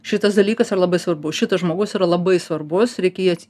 šitas dalykas yra labai svarbu šitas žmogus yra labai svarbus reikia jį at